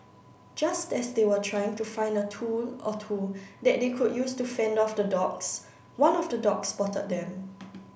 just as they were trying to find a tool or two that they could use to fend off the dogs one of the dogs spotted them